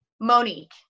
Monique